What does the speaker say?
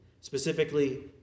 Specifically